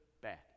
bad